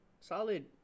solid